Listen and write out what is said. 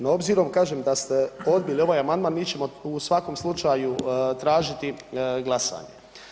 No, obzirom kažem da ste odbili ovaj amandman mi ćemo u svakom slučaju tražiti glasanje.